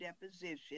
deposition